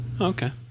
Okay